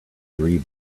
three